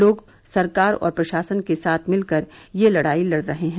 लोग सरकार और प्रशासन के साथ मिलकर यह लड़ाई लड़ रहे हैं